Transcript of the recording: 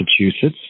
Massachusetts